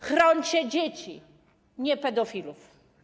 Chrońcie dzieci, nie pedofilów.